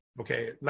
Okay